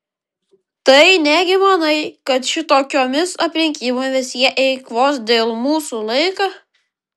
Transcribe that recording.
tai negi manai kad šitokiomis aplinkybėmis jie eikvos dėl mūsų laiką